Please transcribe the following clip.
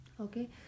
Okay